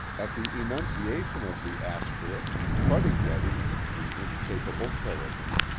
at the enunciation of the aspirate, fuddy-duddy, the incapable terrapin,